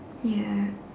ya